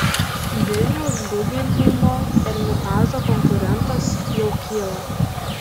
vilniaus guggenheimo ermitažo konkurentas jau kyla